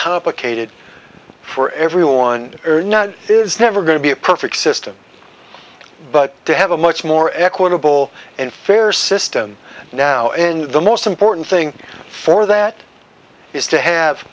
complicated for everyone or not it's never going to be a perfect system but to have a much more equitable and fair system now and the most important thing for that is to have